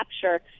capture